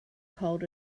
cold